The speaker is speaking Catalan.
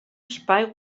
espai